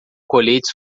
coletes